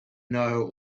know